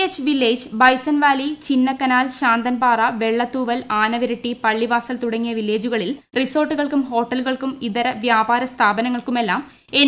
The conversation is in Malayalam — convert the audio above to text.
എച്ച് വില്ലേജ് ബൈസൺവാലി ചിന്നക്കനാൽ ശാന്തൻപാറ വെള്ളത്തൂവൽ ആനവിരട്ടി പള്ളിവാസൽ തുടങ്ങിയ വില്ലേജുകളിൽ റിസോർട്ടുകൾക്കും ഹോട്ടലുകൾക്കും ഇതര വ്യാപാര സ്ഥാപനങ്ങൾക്കുമെല്ലാം എൻ